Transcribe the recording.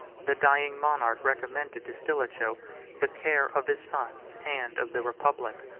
the dying monarch recommended to stilicho the care of his sons, and of the republic.